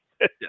Yes